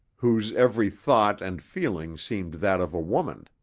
whose every thought and feeling seemed that of a woman.